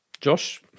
Josh